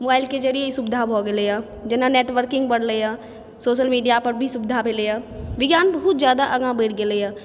मोबाइलके जरिये सुविधा भऽ गेलै हँ जेना नेटवर्किंग बढ़लै यऽ सोशल मिडिया पर ही सुविधा भेलै यऽ विज्ञान बहुत ज्यादा आगाँ बढ़ि गेलैया